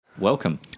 Welcome